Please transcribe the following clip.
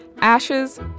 ashes